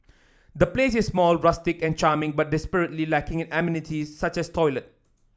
the place is small rustic and charming but desperately lacking in amenities such as toilet